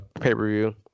pay-per-view